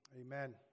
Amen